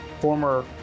former